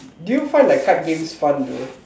do you find like card games fun though